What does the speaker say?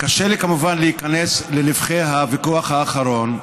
קשה לי כמובן להיכנס לנבכי הוויכוח האחרון,